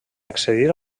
accedir